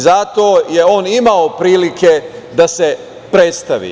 Zato je on imao prilike da se predstavi.